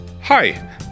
Hi